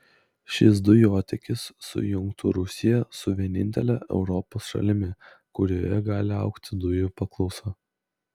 šis dujotiekis sujungtų rusiją su vienintele europos šalimi kurioje gali augti dujų paklausa